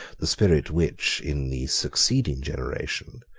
the spirit which, in the succeeding generation,